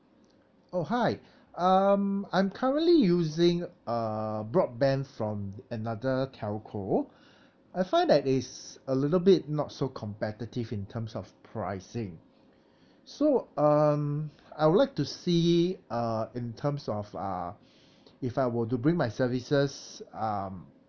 oh hi um I'm currently using a broadband from another telco I find that it's a little bit not so competitive in terms of pricing so um I would like to see uh in terms of uh if I were to bring my services um